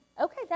Okay